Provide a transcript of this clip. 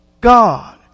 God